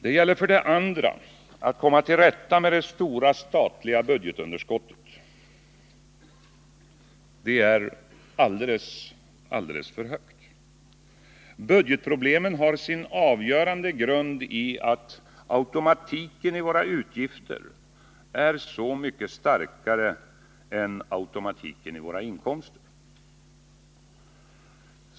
Det gäller för det andra att komma till rätta med det stora statliga budgetunderskottet, som är alldeles för stort. Budgetproblemen har sin avgörande grund i att automatiken i våra utgifter är så mycket starkare än automatiken i våra inkomster.